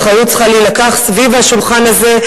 האחריות צריכה להילקח סביב השולחן הזה,